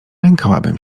lękałabym